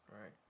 right